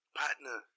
partner